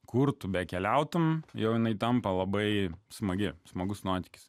kur tu bekeliautum jinai tampa labai smagi smagus nuotykis